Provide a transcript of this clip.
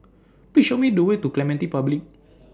Please Show Me The Way to Clementi Public